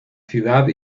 ciudad